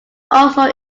also